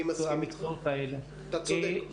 אתה צודק.